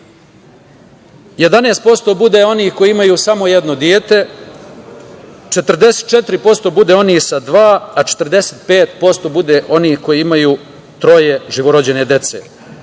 11% bude onih koji imaju samo jedno dete, 44% bude onih sa dvoje, a 45% bude onih koji imaju troje živorođene dece.Za